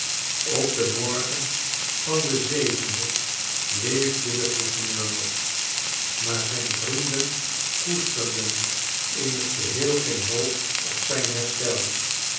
op den morgen van den leefde de gouverneur nog maar zijn vrienden koesteren in t geheel geen hoop op zijn herstel